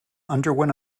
underwent